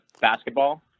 basketball